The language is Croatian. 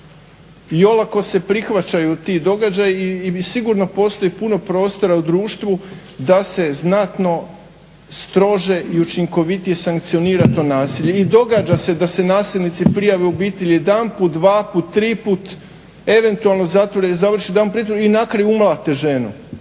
I olako se prihvaćaju ti događaji i sigurno postoji puno prostora u društvu da se znatno strože i učinkovitije sankcionira to nasilje. I događa se da se nasilnici prijave u obitelji jedanput, dvaput, triput eventualno zato … /Govornik brzo priča, ne